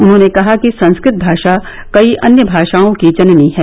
उन्होंने कहा कि संस्कृत भाषा कई अन्य भाषाओं की जननी है